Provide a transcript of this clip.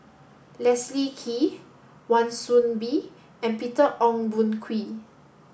Leslie Kee Wan Soon Bee and Peter Ong Boon Kwee